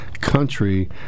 country